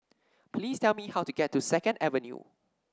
please tell me how to get to Second Avenue